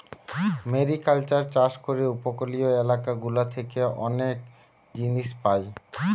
mariculture চাষ করে উপকূলীয় এলাকা গুলা থেকে অনেক জিনিস পায়